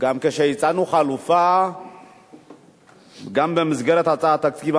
גם כשהצענו חלופה גם במסגרת הצעת התקציב,